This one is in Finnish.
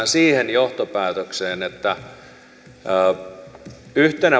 siihen johtopäätökseen että yhtenä